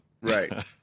Right